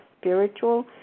spiritual